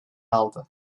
aldı